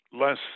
less